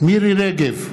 מירי רגב,